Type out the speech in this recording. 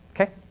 Okay